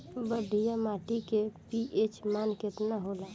बढ़िया माटी के पी.एच मान केतना होला?